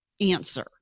answer